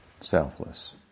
selfless